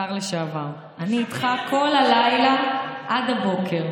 השר לשעבר, אני איתך כל הלילה, עד הבוקר.